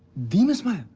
the miss maya.